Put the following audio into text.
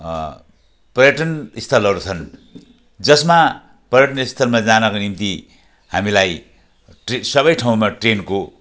पर्यटन स्थलहरू छन् जसमा पर्यटन स्थलमा जानका निम्ति हामीलाई सब ठाउँमा ट्रेनको